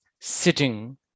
sitting